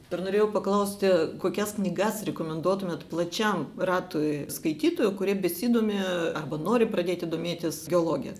dar norėjau paklausti kokias knygas rekomenduotumėt plačiam ratui skaitytojų kurie besidomi arba nori pradėti domėtis geologija